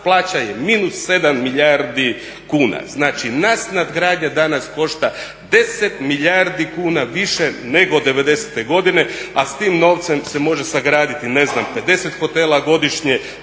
plaća je -7 milijardi kuna. Znači nas nadgradnja danas košta 10 milijardi kuna više nego 90. godine a s tim novcem se može sagraditi ne znam 50 hotela godišnje,